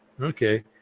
Okay